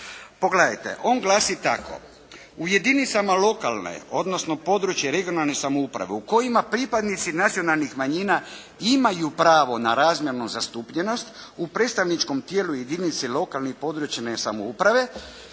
Pogledajte. On glasi tako: "U jedinicama lokalne odnosno područne (regionalne) samouprave u kojima pripadnici nacionalnih manjina imaju pravo na razmjernu zastupljenost u predstavničkom tijelu jedinice lokalne i područne samouprave